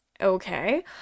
okay